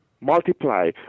multiply